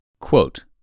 Quote